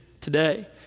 today